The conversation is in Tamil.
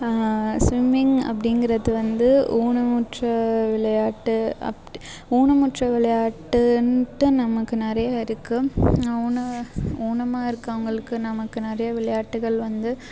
ஸ்விம்மிங் அப்படிங்கிறது வந்து ஊனமுற்றோர் விளையாட்டு அப்படி ஊனமுற்றோர் விளையாட்டுன்ட்டு நமக்கு நிறைய இருக்கு ஊனம் ஊனமாக இருக்கவங்களுக்கு நமக்கு நிறைய விளையாட்டுகள் வந்து